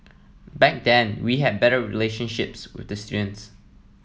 back then we had better relationships with the students